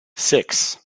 six